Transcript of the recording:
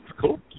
Cool